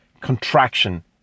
contraction